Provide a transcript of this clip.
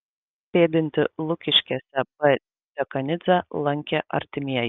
sėdintį lukiškėse b dekanidzę lankė artimieji